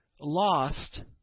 lost